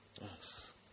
Yes